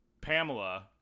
Pamela